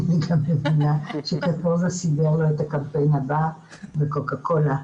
אני גם מבינה שקטורזה סידר לו את הקמפיין הבא לקוקה קולה.